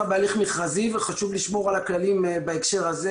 בהליך מכרזי וחשוב על הכללים בהקשר הזה.